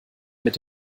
mit